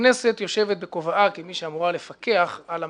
הכנסת יושבת בכובעה כמי שאמורה לפקח על הממשלה.